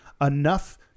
enough